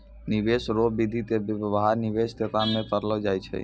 निवेश रो विधि के व्यवहार निवेश के काम मे करलौ जाय छै